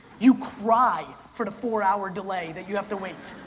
you cry for the four hour delay that you have to wait.